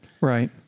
right